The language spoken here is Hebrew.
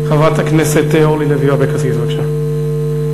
חברת הכנסת אורלי לוי אבקסיס, בבקשה.